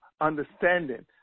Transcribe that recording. understanding